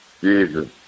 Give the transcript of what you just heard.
Jesus